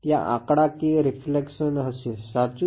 ત્યાં આંકડાકીય રીફ્લેક્શન હશે સાચું